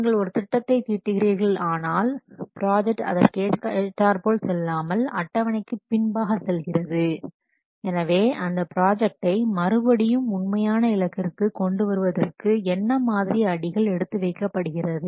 நீங்கள் ஒரு திட்டத்தை தீட்டுகிறீர்கள் ஆனால் ப்ராஜெக்ட் அதற்கேற்றார்போல் செல்லாமல் அட்டவணைக்கு பின்பாக செல்கிறது எனவே அந்த ப்ராஜெக்டை மறுபடியும் உண்மையான இலக்கிற்கு கொண்டுவருவதற்கு என்ன மாதிரி அடிகள் எடுத்து வைக்கப் படுகிறது